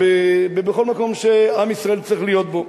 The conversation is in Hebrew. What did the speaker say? בכל מקום שעם ישראל צריך להיות בו,